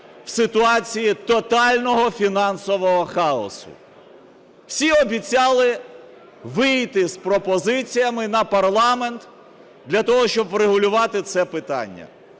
в ситуації тотального фінансового хаосу. Всі обіцяли вийти з пропозиціями на парламент для того, щоб врегулювати це питання.